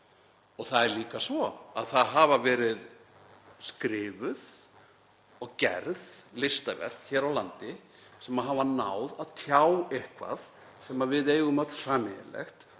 Það er líka svo að það hafa verið skrifuð og gerð listaverk hér á landi sem hafa náð að tjá eitthvað sem við eigum öll sameiginlegt